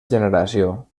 generació